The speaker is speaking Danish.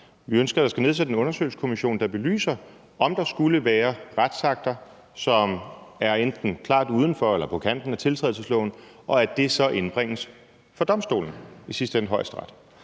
Vi ønsker, at der skal nedsættes en undersøgelseskommission, der belyser, om der skulle være retsakter, som enten er klart uden for eller på kanten af tiltrædelsesloven, og at det så indbringes for domstolene, i sidste ende Højesteret.